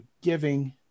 giving